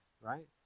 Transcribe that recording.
right